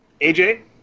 AJ